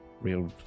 Real